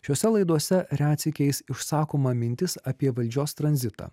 šiose laidose retsykiais išsakoma mintis apie valdžios tranzitą